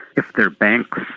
if their banks,